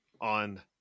on